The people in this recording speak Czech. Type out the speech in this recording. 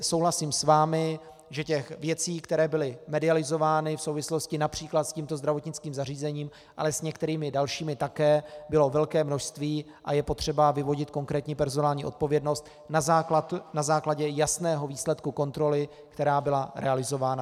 Souhlasím s vámi, že těch věcí, které byly medializovány v souvislosti například s tímto zdravotnickým zařízením, ale s některými dalšími také, bylo velké množství a je potřeba vyvodit konkrétní personální odpovědnost na základě jasného výsledku kontroly, která byla realizována.